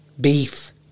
beef